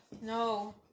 No